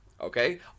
Okay